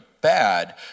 bad